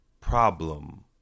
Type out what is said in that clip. problem